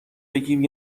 بگیم